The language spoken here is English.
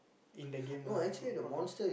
in the game lah I will afford to